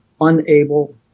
unable